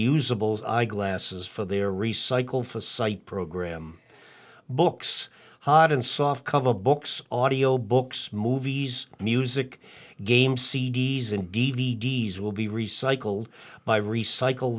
usable xy glasses for their recycle for site program books hot and soft cover books audio books movies music game c d s and d v d s will be recycled by recycle